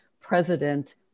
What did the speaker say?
president